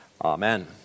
amen